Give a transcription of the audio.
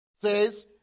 says